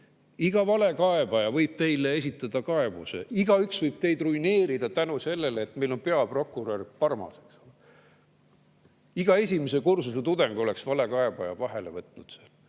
iga valekaebaja võib teie peale esitada kaebuse. Igaüks võib teid ruineerida tänu sellele, et meil on peaprokurör Parmas. Iga esimese kursuse tudeng oleks valekaebaja vahele võtnud.